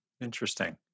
interesting